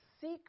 seek